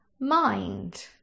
mind